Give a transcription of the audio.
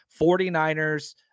49ers